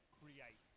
create